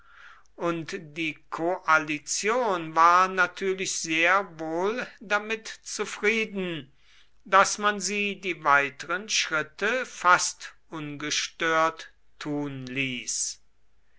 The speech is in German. und die koalition war natürlich sehr wohl damit zufrieden daß man sie die weiteren schritte fast ungestört tun ließ